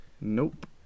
Nope